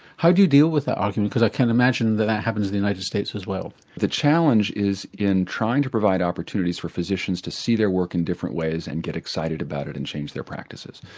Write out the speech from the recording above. how do you deal with that argument because i can imagine that that happens in the united states as well? the challenge is in trying to provide opportunities for physicians to see their work in different ways and get excited about it and change their practices.